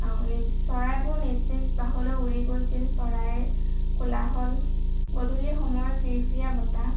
চৰাইবোৰ নিজ নিজ বাহলৈ উৰি গৈছিল চৰাইৰ কোলাহল গধূলী সময়ৰ ফিৰফিৰিয়া বতাহ